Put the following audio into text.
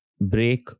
break